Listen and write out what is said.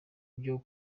byo